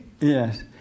Yes